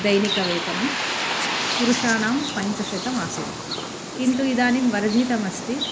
दैनिकवेतनं पुरुषाणां पञ्चशतम् आसीत् किन्तु इदानीं वर्धितमस्ति